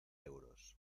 euros